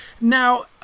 Now